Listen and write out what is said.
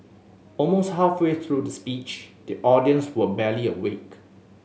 almost halfway through the speech the audience were barely awake